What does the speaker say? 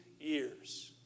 years